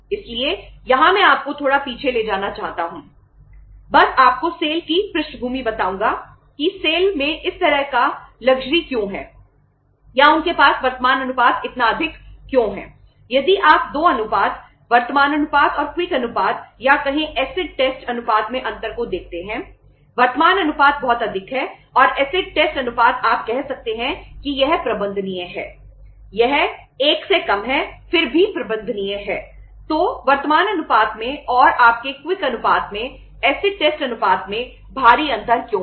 इसलिए यहाँ मैं आपको थोड़ा पीछे ले जाना चाहता हूँ बस आपको सेल अनुपात में भारी अंतर क्यों है